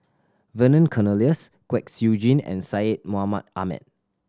Vernon Cornelius Kwek Siew Jin and Syed Mohamed Ahmed